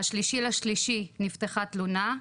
ב-3.3 נפתחה תלונה,